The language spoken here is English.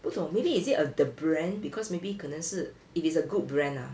不懂 maybe is it err the brand because maybe 可能是 if is a good brand ah